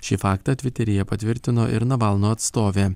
šį faktą tviteryje patvirtino ir navalno atstovė